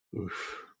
Oof